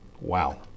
Wow